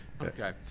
Okay